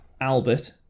Albert